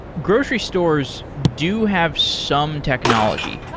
grocery stores do have some technology.